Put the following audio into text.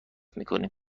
میکنیم